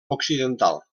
occidental